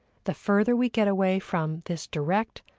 the further we get away from this direct,